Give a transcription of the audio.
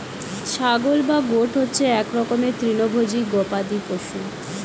ছাগল বা গোট হচ্ছে এক রকমের তৃণভোজী গবাদি পশু